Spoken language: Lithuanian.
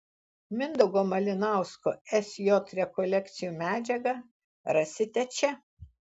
mindaugo malinausko sj rekolekcijų medžiagą rasite čia